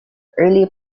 early